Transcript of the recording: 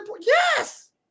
Yes